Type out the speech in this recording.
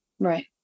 right